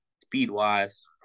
speed-wise